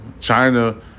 China